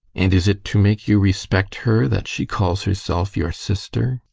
and is it to make you respect her that she calls herself your sister?